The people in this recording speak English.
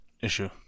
issue